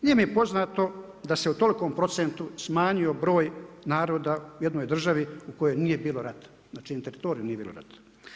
Nije mi poznato da se u toliko procentu smanjio broj naroda u jednoj državi u kojoj nije bilo rata, na čijem teritoriju nije bilo rata.